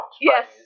Yes